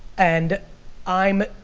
and i'm